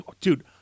Dude